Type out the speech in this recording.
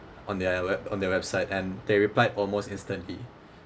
on their we~ on their website and they replied almost instantly